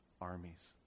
armies